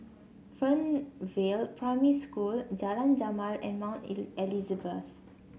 Fernvale Primary School Jalan Jamal and Mount Elizabeth